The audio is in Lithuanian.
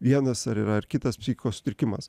vienas ar yra ar kitas psichikos sutrikimas